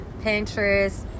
Pinterest